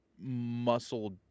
muscle